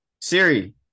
Siri